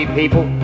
people